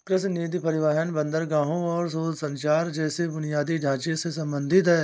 कृषि नीति परिवहन, बंदरगाहों और दूरसंचार जैसे बुनियादी ढांचे से संबंधित है